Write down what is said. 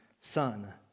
Son